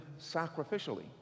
sacrificially